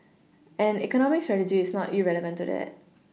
and economic strategy is not irrelevant to that